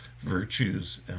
virtues